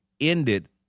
ended